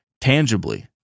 tangibly